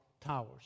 towers